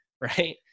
right